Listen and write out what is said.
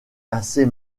assez